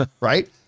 right